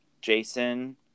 Jason